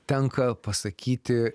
tenka pasakyti